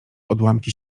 odłamki